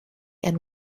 and